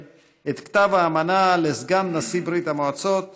את כתב האמנה לסגן נשיא ברית המועצות